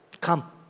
Come